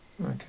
okay